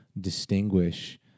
distinguish